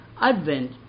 Advent